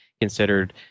considered